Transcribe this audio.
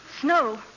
Snow